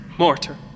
Mortar